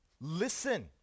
listen